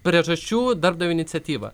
priežasčių darbdavio iniciatyva